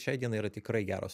šiai dienai yra tikrai geros